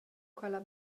quella